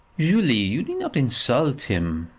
julie you need not insult him.